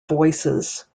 voices